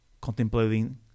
contemplating